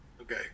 okay